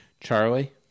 Charlie